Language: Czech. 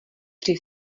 při